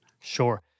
Sure